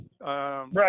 Right